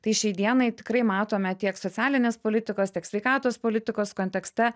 tai šiai dienai tikrai matome tiek socialinės politikos tiek sveikatos politikos kontekste